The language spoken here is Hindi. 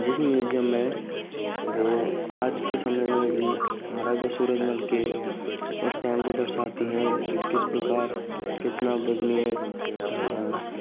जिस मिजियम में वो आज के समय में महाराजा सूरजमल के उस टाइम को दर्शाती है कि किस प्रकार कितना वजनीय था